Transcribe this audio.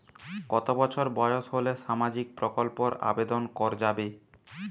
কত বছর বয়স হলে সামাজিক প্রকল্পর আবেদন করযাবে?